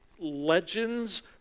legends